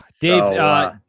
Dave